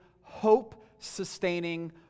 hope-sustaining